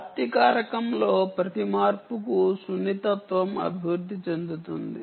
వ్యాప్తి కారకంలో ప్రతి మార్పుకు సున్నితత్వం అభివృద్ధి చెందుతుంది